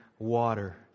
water